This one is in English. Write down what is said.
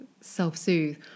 self-soothe